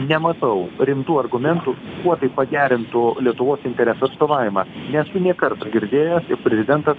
nematau rimtų argumentų kuo tai pagerintų lietuvos interesų atstovavimą nesu nė karto girdėjęs jog prezidentas